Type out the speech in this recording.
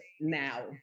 now